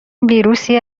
ویروسی